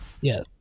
Yes